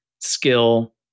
skill